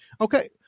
Okay